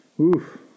Oof